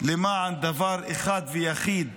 למען דבר אחד ויחיד